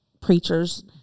preachers